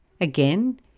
Again